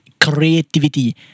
creativity